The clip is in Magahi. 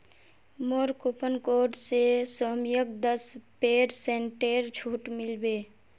मोर कूपन कोड स सौम्यक दस पेरसेंटेर छूट मिल बे